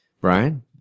Brian